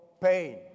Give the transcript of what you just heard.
pain